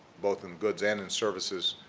both in goods and in services,